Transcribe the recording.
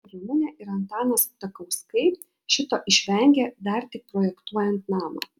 ramunė ir antanas ptakauskai šito išvengė dar tik projektuojant namą